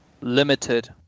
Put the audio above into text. limited